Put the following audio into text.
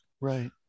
Right